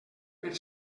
per